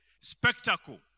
spectacle